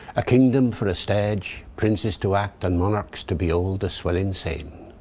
a kingdom for a stage, princes to act, and monarchs to behold the swelling scene!